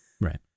Right